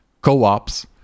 co-ops